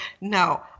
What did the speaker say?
No